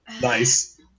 Nice